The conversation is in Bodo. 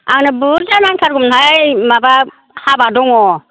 आंनो बुरजा नांथारगौमोनहाय माबा हाबा दङ